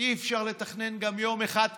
אי-אפשר לתכנן גם יום אחד קדימה.